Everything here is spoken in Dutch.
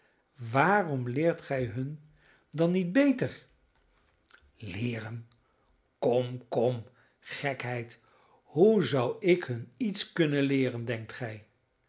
waarom leert gij hun dan niet beter leeren kom kom gekheid hoe zou ik hun iets kunnen leeren denkt gij